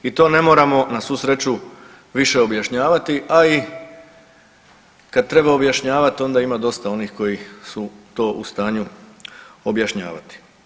I to ne moramo na svu sreću više objašnjavati, a i kad treba objašnjavat onda ma dosta onih koji su to u stanju objašnjavati.